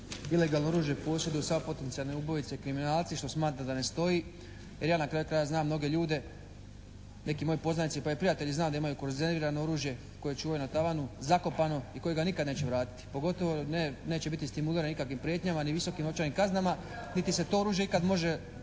ilegalno oružje posjeduju sve potencijalne ubojice i kriminalci, što smatram da ne stoji. Jer ja na kraju krajeva znam mnoge ljude, neki moji poznanici, pa i prijatelji znam da imaju konzervirano oružje koje čuvaju na tavanu, zakopano i kojega nikad neće vratiti, pogotovo neće biti stimuliran nikakvih prijetnjama ni visokom novčanim kaznama, niti se to oružje ikad se